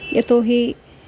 यतोहि